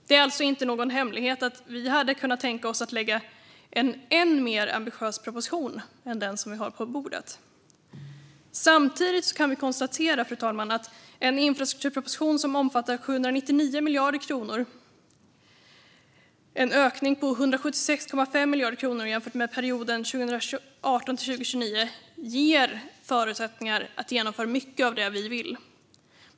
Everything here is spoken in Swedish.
Det är alltså ingen hemlighet att vi hade kunnat tänka oss att lägga fram en ännu ambitiösare proposition än den vi har på bordet. Samtidigt kan vi konstatera, fru talman, att en infrastrukturproposition som omfattar 799 miljarder kronor - en ökning på 176,5 miljarder kronor jämfört med perioden 2018-2029 - ger förutsättningar att genomföra mycket av det vi vill.